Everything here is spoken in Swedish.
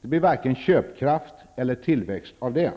Det blir varken köpkraft eller tillväxt av det.